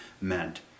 meant